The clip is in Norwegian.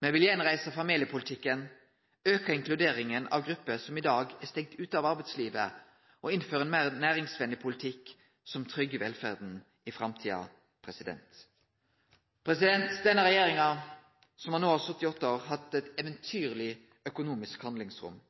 Me vil gjenreise familiepolitikken, auke inkluderinga av grupper som i dag er stengde ute frå arbeidslivet, og innføre ein meir næringsvennleg politikk som tryggjer velferda i framtida. Denne regjeringa, som no har sete i åtte år, har hatt eit eventyrleg økonomisk handlingsrom.